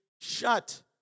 shut